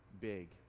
big